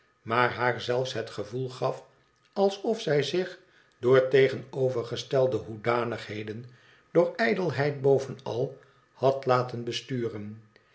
maar haar zelfs het gevoel gafalsofzij zich door tegenovergestelde hoedanigheden door ijdelheid bovenal had laten besturen